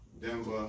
Denver